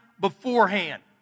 beforehand